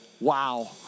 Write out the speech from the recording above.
Wow